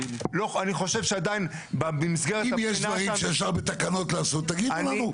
אם יש דברים שאפשר בתקנות לעשות, תגידו לנו.